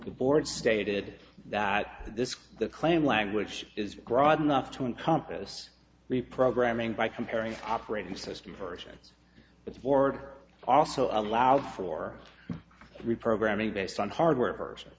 the board stated that this is the claim language is broad enough to encompass reprogramming by comparing operating system version its board also allows for reprogramming based on hardware person